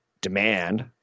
demand